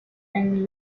and